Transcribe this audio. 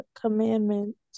commandments